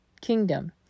kingdom